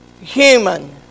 human